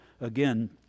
Again